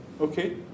Okay